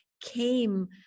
came